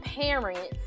parents